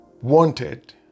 wanted